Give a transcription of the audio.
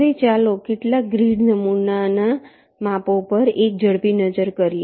હવે ચાલો કેટલાક ગ્રીડ નમૂનાના માપો પર એક ઝડપી નજર કરીએ